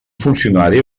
funcionari